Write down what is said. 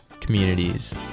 communities